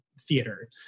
theater